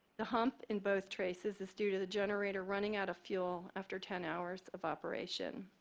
the hump in both traces is due to the generator running out of fuel after ten hours of operation.